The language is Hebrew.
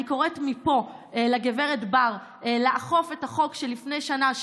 אני קוראת מפה לגברת בר לאכוף את החוק מלפני שנה,